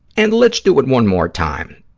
and let's do it one more time.